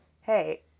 hey